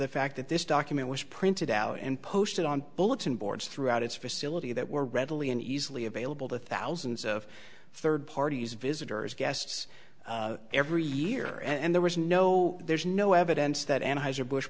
the fact that this document was printed out and posted on bulletin boards throughout its facility that were readily and easily available to thousands of third parties visitors guests every year and there was no there's no evidence that